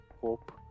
hope